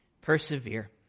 Persevere